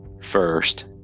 first